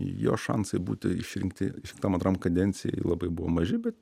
jo šansai būti išrinkti tam antram kadencijai labai buvo maži bet